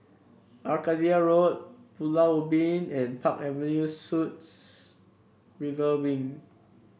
Arcadia Road Pulau Ubin and Park Avenue Suites River Wing